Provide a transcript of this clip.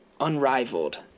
unrivaled